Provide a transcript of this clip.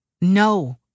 No